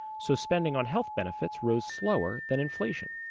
so spending on health benefits rose slower than inflation.